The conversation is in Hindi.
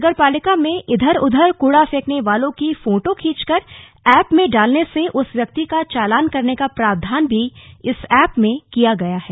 नगर पालिका में इधर उधर कूड़ा फेंकने वालों की फोटो खिंचकर एप्प में डालने से उस व्यक्ति का चालान करने का प्रावधान भी इस एप में किया गया है